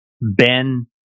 Ben